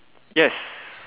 yes